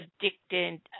addicted